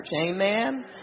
Amen